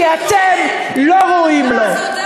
כי אתם לא ראויים לו.